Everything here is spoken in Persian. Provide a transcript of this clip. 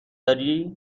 داری